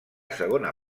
segona